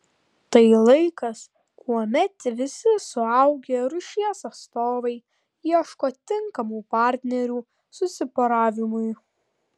tai laikas kuomet visi suaugę rūšies atstovai ieško tinkamų partnerių susiporavimui